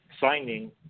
signing